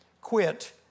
quit